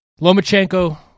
Lomachenko